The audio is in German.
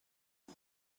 was